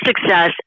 success